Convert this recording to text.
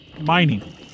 mining